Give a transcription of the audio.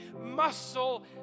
muscle